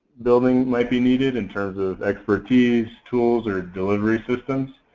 building might be needed in terms of expertise, tools, or delivery systems?